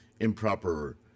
improper